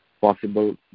possible